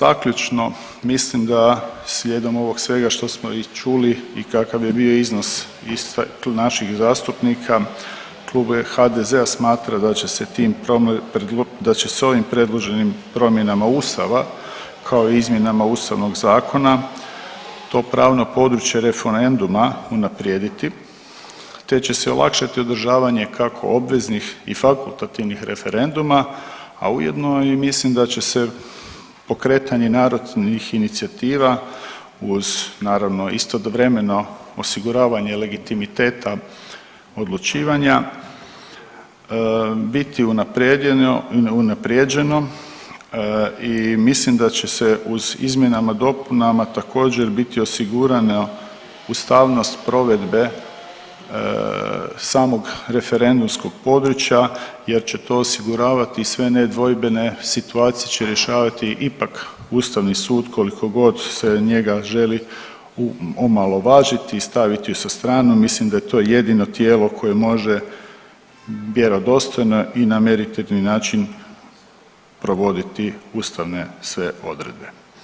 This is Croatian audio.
Zaključno, mislim da slijedom ovog svega što smo i čuli i kakav je bio iznos … [[Govornik se ne razumije]] naših zastupnika, Klub HDZ-a smatra da će se ovim predloženim promjenama ustava, kao i izmjenama Ustavnog zakona to pravno područje referenduma unaprijediti, te će se olakšati održavanje kako obveznih i fakultativnih referenduma, a ujedno i mislim da će se pokretanje narodnih inicijativa uz naravno istovremeno osiguravanje legitimiteta odlučivanja biti unaprijeđeno i mislim da će se uz izmjenama i dopunama također biti osigurano ustavnost provedbe samog referendumskog područja jer će to osiguravati i sve nedvojbene situacije će rješavati ipak ustavni sud koliko god se njega želi omalovažiti i stavit na stranu, mislim da je to jedino tijelo koje može vjerodostojno i na meritetni način provoditi ustavne sve odredbe.